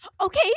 Okay